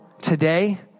today